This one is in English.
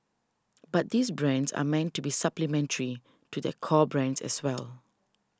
but these brands are meant to be supplementary to their core brands as well